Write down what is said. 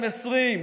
עם 20%,